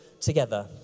together